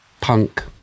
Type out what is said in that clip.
punk